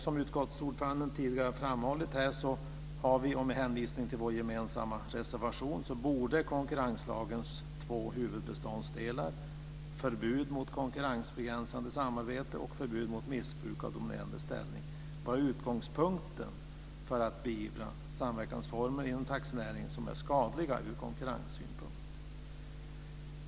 Som utskottsordföranden tidigare har framhållit här och med hänvisning till vår gemensamma reservation borde konkurrenslagens två huvudbeståndsdelar - förbud mot konkurrensbegränsande samarbete och förbud mot missbruk av dominerande ställning - vara utgångspunkten för att beivra samverkansformer inom taxinäringen som är skadliga ur konkurrenssynpunkt.